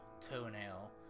toenail